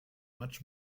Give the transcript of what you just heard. much